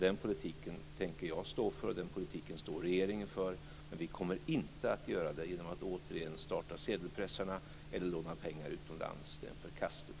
Den politiken tänker jag stå för, och den politiken står regeringen för, men vi kommer inte att göra det genom att återigen starta sedelpressarna eller låna pengar utomlands. Det är en förkastlig politik.